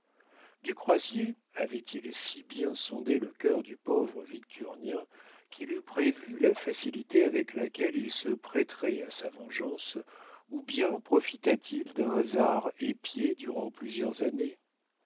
du croisier avait-il si bien sondé le cœur du pauvre victurnien qu'il eût prévu la facilité avec laquelle il se prêterait à sa vengeance ou bien profita-t-il d'un hasard épié durant plusieurs années